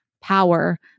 power